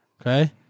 okay